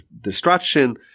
destruction